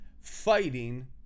fighting